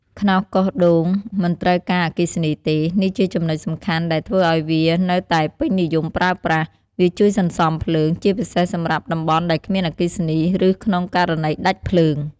ខ្នោសកោងដូងមិនត្រូវការអគ្គិសនីទេ នេះជាចំណុចសំខាន់ដែលធ្វើឲ្យវានៅតែពេញនិយមប្រើប្រាស់ វាជួយសន្សំភ្លើង ជាពិសេសសម្រាប់តំបន់ដែលគ្មានអគ្គិសនី ឬ ក្នុងករណីដាច់ភ្លើង។